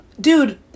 Dude